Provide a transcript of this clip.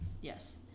Yes